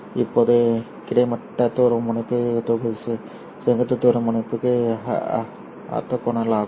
இப்போது கிடைமட்ட துருவமுனைப்பு செங்குத்து துருவமுனைப்புக்கு ஆர்த்தோகனல் ஆகும்